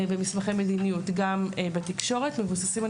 גם במסמכי מדיניות וגם בתקשורת מבוססים על